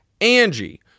angie